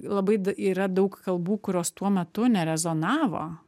labai yra daug kalbų kurios tuo metu nerezonavo